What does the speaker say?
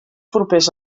propers